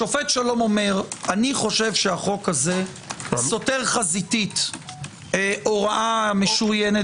שופט שלום אומר: אני חושב שהחוק הזה סותר חזיתית הוראה משוריינת.